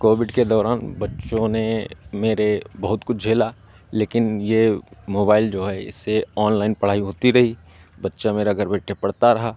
Covid के दौरान बच्चों ने मेरे बहुत कुछ झेला लेकिन ये मोबाइल जो है इससे ऑनलाइन पढ़ाई होती रही बच्चा मेरा घर बैठे पढ़ता रहा